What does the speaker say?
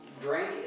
drink